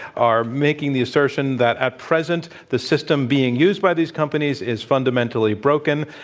are making the assertion that at present the system being used by these companies is fundamentally broken.